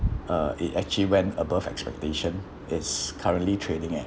uh it actually went above expectation it's currently trading at